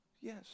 Yes